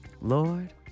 Lord